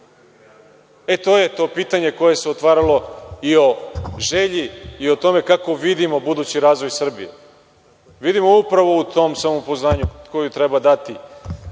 To je to pitanje koje se otvaralo, i o želji i o tome kako vidimo budući razvoj Srbije. Vidimo upravo u tom samopouzdanju koje treba dati,